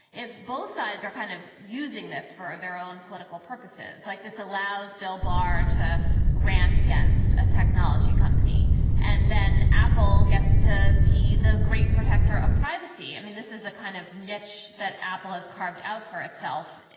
if both sides are kind of using this for their own political purposes like this allows bill barr to rant against a technology company and then apple gets to be the great protector of privacy i mean, this is a kind of niche that apple has carved out for itself.